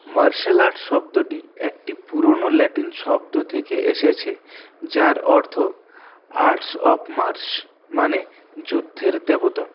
martial art শব্দটি একটি পুরনো ল্যাটিন শব্দ থেকে এসেছে যার অর্থ আর্টস অফ মার্শ মানে যুদ্ধের দেবতা